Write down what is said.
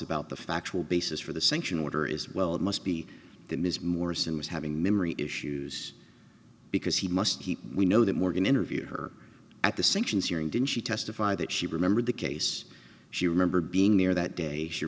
about the factual basis for the sanction order is well it must be the ms morrison was having memory issues because he must keep we know that morgan interviewed her at the sinks in searing didn't she testify that she remembered the case she remembered being there that day she